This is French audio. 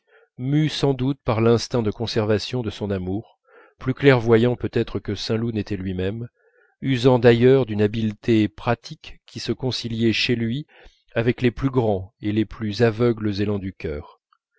mû sans doute par l'instinct de conservation de son amour plus clairvoyant peut-être que saint loup n'était lui-même usant d'ailleurs d'une habileté pratique qui se conciliait chez lui avec les plus grands et les plus aveugles élans du cœur